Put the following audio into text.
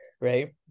right